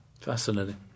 Fascinating